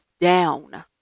down